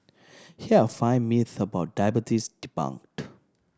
here are five myths about diabetes debunked